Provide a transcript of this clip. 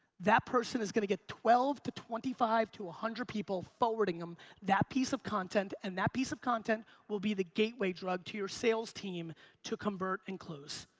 that person is gonna get twelve to twenty five to one hundred people forwarding him that piece of content and that piece of content will be the gateway drug to your sales team to convert and close.